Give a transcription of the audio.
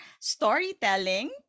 storytelling